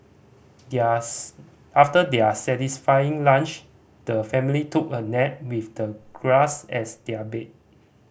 there after their satisfying lunch the family took a nap with the grass as their bed